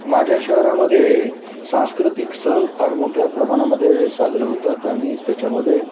माझ्या शहरामध्ये सांस्कृतिक सण फार मोठ्या प्रमाणामध्ये साजरे होतात आणि त्याच्यामध्ये